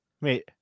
Wait